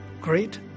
great